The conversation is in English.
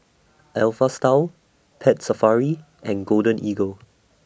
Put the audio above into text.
Alpha Style Pet Safari and Golden Eagle